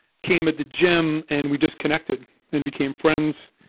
came at the gym, and we just connected and became friends,